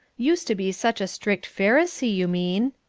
used to be such a strict pharisee, you mean,